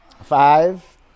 Five